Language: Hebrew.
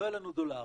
לא יהיו לנו דולרים